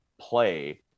play